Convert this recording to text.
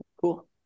cool